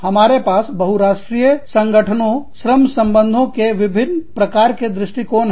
हमारे पास बहुराष्ट्रीय संगठनों श्रम संबंधों के विभिन्न प्रकार के दृष्टिकोण हैं